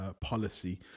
policy